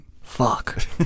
Fuck